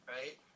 right